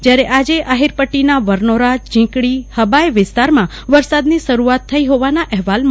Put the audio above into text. જ્યારે આજે આહીરપટીન વરનોરા ઝીકડી હબાય વિસ્તારમાં વરસાદની શરૂઆત થઈ હોવાના અહેવાલ મળ્યા છે